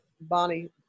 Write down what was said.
Bonnie